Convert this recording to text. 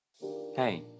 Hey